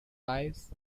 lives